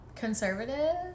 conservative